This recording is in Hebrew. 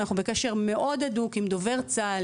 אנחנו בקשר הדוק מאוד עם דובר צה"ל,